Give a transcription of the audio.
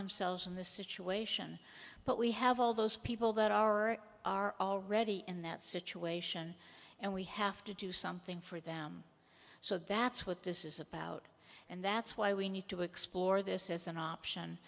themselves in the situation but we have all those people that are or are already in that situation and we have to do something for them so that's what this is about and that's why we need to explore this as an option